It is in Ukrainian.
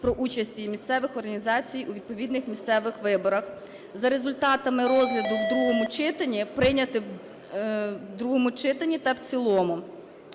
про участь її місцевих організацій у відповідних місцевих виборах за результатами розгляду в другому читанні прийняти в другому читанні та в цілому.